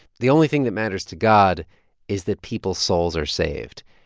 the only thing that matters to god is that people's souls are saved,